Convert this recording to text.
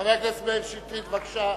חבר הכנסת מאיר שטרית, בבקשה.